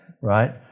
right